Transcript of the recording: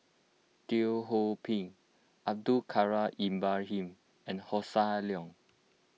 Teo Ho Pin Abdul Kadir Ibrahim and Hossan Leong